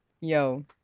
Yo